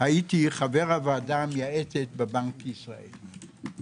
הייתי חבר הוועדה המייעצת בבנק ישראל.